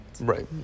Right